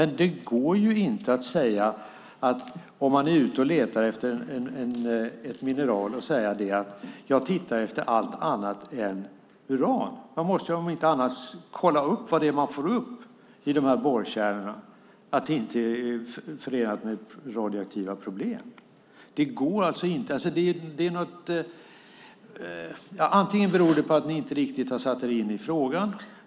När man är ute och letar efter ett mineral går det inte att säga: Jag tittar efter allt annat utom uran. Man måste ju kolla vad man får upp i borrkärnan och se att det inte är några radioaktiva problem. Det går alltså inte. Ni har kanske inte riktigt satt er in i frågan.